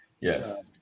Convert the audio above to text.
yes